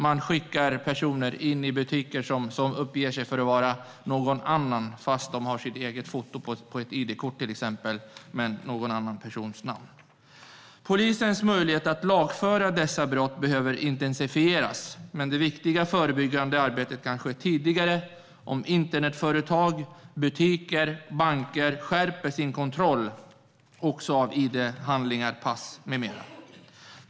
Man skickar personer in i butiker, där de utger sig för att vara någon annan, med sitt eget foto på ett id-kort och en annan persons namn. Polisen möjlighet att lagföra dessa brott behöver intensifieras, men det viktiga förebyggandet arbetet kan ske tidigare om internetföretag, butiker och banker skärper sin kontroll också av id-handlingar, pass med mera.